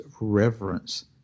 reverence